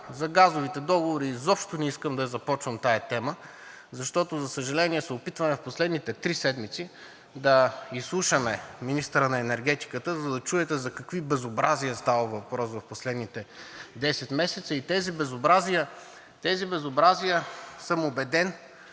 За газовите договори изобщо не искам да започвам тази тема, защото, за съжаление, се опитваме в последните три седмици да изслушаме министъра на енергетиката, за да чуете за какви безобразия става въпрос в последните десет месеца. Тези безобразия съм убеден,